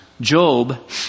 Job